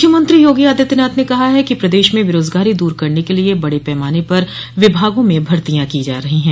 मुख्यमंत्री योगी आदित्यनाथ ने कहा है कि प्रदेश में बेरोजगारी दूर करने के लिए बड़े पैमाने पर विभागों में भर्तियॉ की जा रही हैं